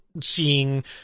seeing